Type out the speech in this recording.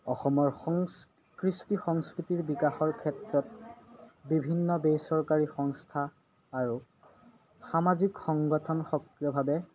অসমৰ সং কৃষ্টি সংস্কৃতিৰ বিকাশৰ ক্ষেত্ৰত বিভিন্ন বেচৰকাৰী সংস্থা আৰু সামাজিক সংগঠন সক্ৰিয়ভাৱে